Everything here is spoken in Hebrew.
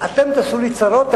אתם תעשו לי צרות,